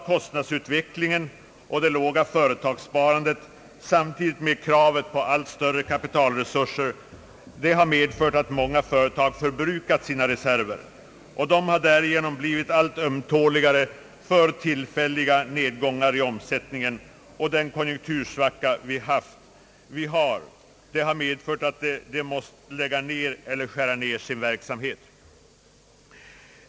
Kostnadsutvecklingen och det låga företagssparandet, samtidigt med kravet på allt större kapitalresurser, har medfört att många företag har förbrukat sina reserver. De har därigenom blivit allt ömtåligare för tillfälliga nedgångar i omsättningen. Den konjunktursvacka, som vi har, har medfört att de måst lägga ned eller skära ned sin verksamhet.